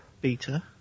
Beta